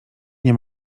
nie